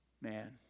man